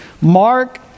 Mark